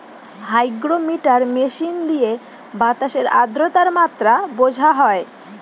hygrometer machine দিয়ে বাতাসের আদ্রতার মাত্রা বোঝা হয়